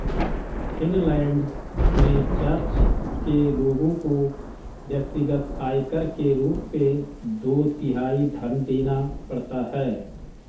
Finland में चर्च के लोगों को व्यक्तिगत आयकर के रूप में दो तिहाई धन देना पड़ता है